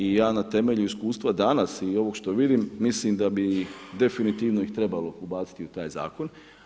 I ja na temelju iskustva danas i ovog što vidim, mislim da bi definitivno ih trebalo ubaciti u taj zakon.